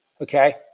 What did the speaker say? okay